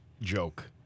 joke